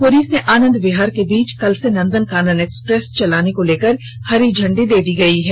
पूरी से आनंद विहार के बीच कल से नंदन कानन एक्सप्रेस को चलाने को लेकर हरी झंडी दे दी गई है